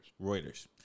Reuters